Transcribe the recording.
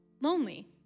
lonely